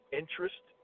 interest